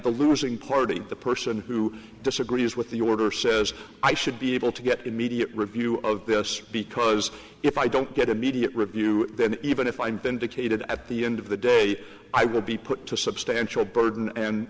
the losing party the person who disagrees with the order says i should be able to get immediate review of this because if i don't get immediate review then even if i'm vindicated at the end of the day i will be put to substantial burden and